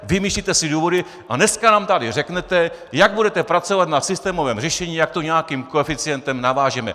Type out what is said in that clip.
Vymýšlíte si důvody a dneska nám tady řeknete, jak budete pracovat na systémovém řešení, jak to nějakým koeficientem navážeme.